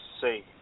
say